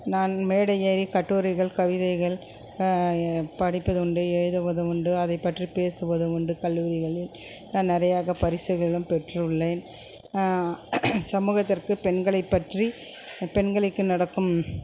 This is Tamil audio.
நான் மேடையேறி கட்டுரைகள் கவிதைகள் படிப்பது உண்டு எழுதுவது உண்டு அதைப்பற்றி பேசுவது உண்டு கல்லூரிகளில் நான் நிறையாக பரிசுகளும் பெற்றுள்ளேன் சமூகத்திற்கு பெண்களை பற்றி பெண்களுக்கு நடக்கும்